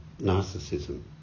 narcissism